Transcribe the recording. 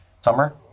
Summer